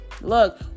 Look